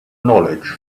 knowledge